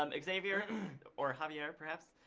um xavier or javier perhaps,